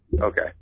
Okay